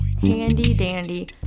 handy-dandy